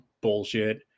bullshit